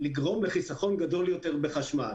לגרום לחיסכון גדול יותר בחשמל.